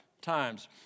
times